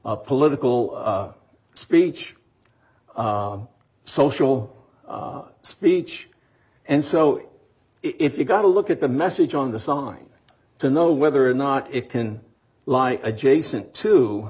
a political speech social speech and so if you got a look at the message on the sign to know whether or not it can lie adjacent to